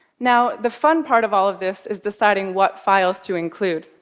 now, the fun part of all of this is deciding what files to include.